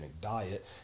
diet